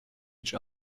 each